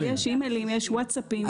יש אי-מיילים, יש ווטסאפים.